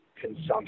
consumption